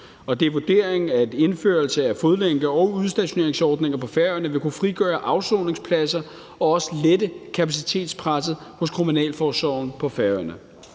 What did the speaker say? det er vurderingen, at en indførelse af fodlænke- og udstationeringsordninger på Færøerne vil kunne frigøre afsoningspladser og også lette kapacitetspresset hos kriminalforsorgen